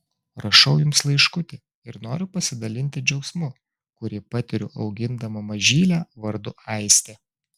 rašau jums laiškutį ir noriu pasidalinti džiaugsmu kurį patiriu augindama mažylę vardu aistė